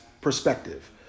perspective